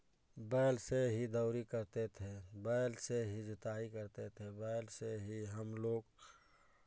बैल से ही दौरी करते थे बैल से ही जुताई करते थे बैल से ही हम लोग